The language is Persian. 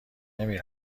نمی